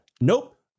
Nope